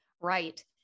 Right